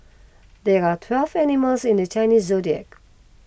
there are twelve animals in the Chinese zodiac